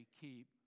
keep